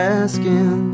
asking